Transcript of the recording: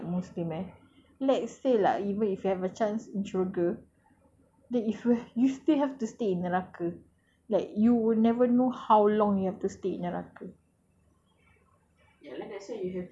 but sis can you imagine like for us that muslim eh let's say lah even if you have a chance syurga then if whe~ you still have to stay in neraka like you never know how long you have to stay in neraka